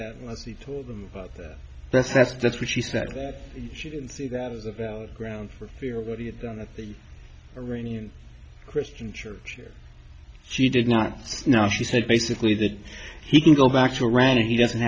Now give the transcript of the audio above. that was he told them about that that's that's that's what she said that she didn't see that as a valid grounds for fear of what he had done i think a rainy and christian church where she did not know she said basically that he can go back to iran and he doesn't